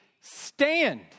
stand